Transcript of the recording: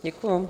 Děkuju.